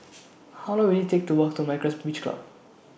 How Long Will IT Take to Walk to Myra's Beach Club